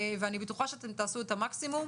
ואני בטוחה שאתם תעשו את המקסימום